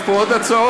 יש פה עוד הצעות?